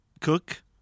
cook